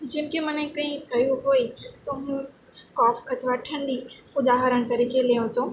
જેમકે મને કંઈ થયું હોય તો હું કફ અથવા ઠંડી ઉદાહરણ તરીકે લઉં તો